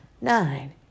nine